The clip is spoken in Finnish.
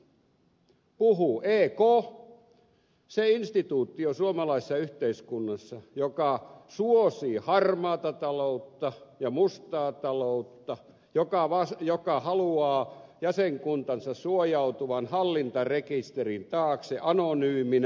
puhuu ek se instituutio suomalaisessa yhteiskunnassa joka suosii harmaata taloutta ja mustaa taloutta ja joka haluaa jäsenkuntansa suojautuvan hallintarekisterin taakse anonyymina